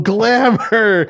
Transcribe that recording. Glamour